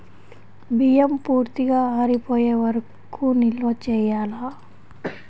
బియ్యం పూర్తిగా ఆరిపోయే వరకు నిల్వ చేయాలా?